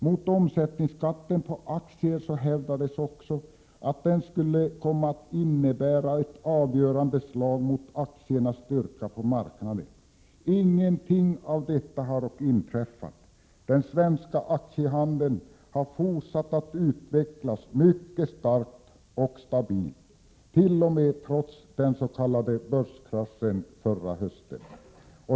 Mot omsättningsskatten på aktier hävdades också att den skulle komma att innebära ett avgörande slag mot aktiernas styrka på marknaden. Ingenting av detta har dock inträffat — den svenska aktiehandeln har fortsatt att utvecklas mycket starkt och stabilt, t.o.m. trots den s.k. börskraschen förra hösten.